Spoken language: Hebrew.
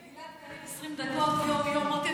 בוודאי.